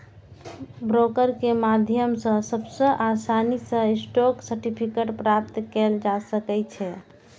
broker के माध्यम सं सबसं आसानी सं स्टॉक सर्टिफिकेट प्राप्त कैल जा सकै छै